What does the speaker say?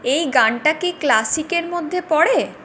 এই গানটা কি ক্লাসিক এর মধ্যে পড়ে